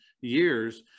years